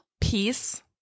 peace